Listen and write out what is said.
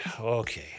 okay